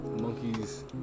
monkeys